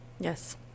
Yes